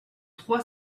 trois